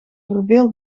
verveeld